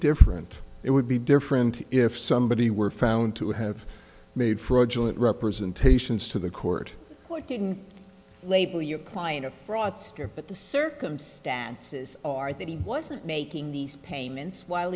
different it would be different if somebody were found to have made fraudulent representations to the court or didn't label your client a fraudster but the circumstances are that he wasn't making these payments while